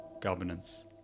governance